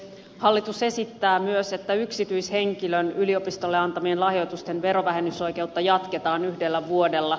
hallitus esittää myös että yksityishenkilön yliopistolle antamien lahjoitusten verovähennysoikeutta jatketaan yhdellä vuodella